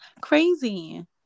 crazy